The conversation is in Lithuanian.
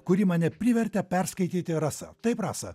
kurį mane privertė perskaityti rasa taip rasa